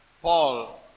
Paul